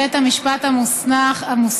בית המשפט המוסמך),